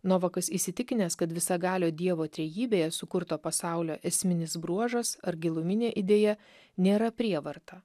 novakas įsitikinęs kad visagalio dievo trejybėje sukurto pasaulio esminis bruožas ar giluminė idėja nėra prievarta